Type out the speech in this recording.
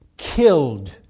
Killed